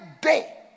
day